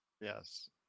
yes